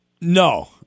No